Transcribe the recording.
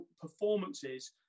performances